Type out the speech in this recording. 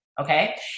okay